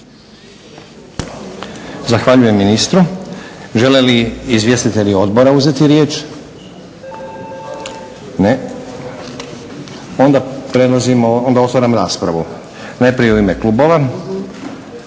Zahvaljujem ministru. Žele li izvjestitelji odbora uzeti riječ? Ne. Onda otvaram raspravu. Najprije u ime klubova.